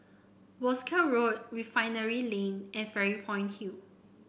Wolskel Road Refinery Lane and Fairy Point Hill